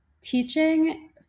teaching